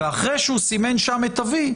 אחרי שהוא סימן שם "וי",